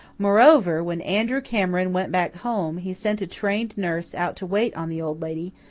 moreover, when andrew cameron went back home, he sent a trained nurse out to wait on the old lady,